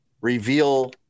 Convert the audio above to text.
reveal